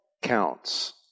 counts